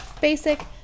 basic